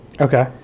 Okay